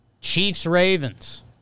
Chiefs-Ravens